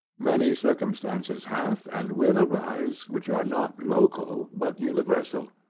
many circumstances have, and will arise, which are not local, but universal,